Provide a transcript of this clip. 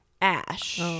Ash